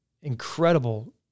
Incredible